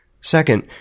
Second